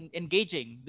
engaging